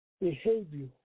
behavior